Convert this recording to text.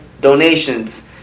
donations